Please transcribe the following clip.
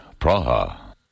Praha